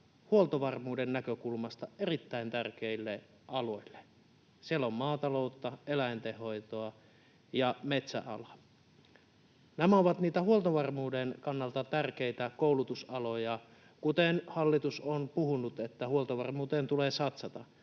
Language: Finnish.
huoltovarmuuden näkökulmasta erittäin tärkeille aloille. Siellä on maataloutta, eläinten hoitoa ja metsäalaa. Nämä ovat niitä huoltovarmuuden kannalta tärkeitä koulutusaloja — hallitus on puhunut, että huoltovarmuuteen tulee satsata